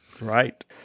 Right